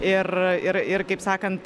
ir ir ir kaip sakant